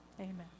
Amen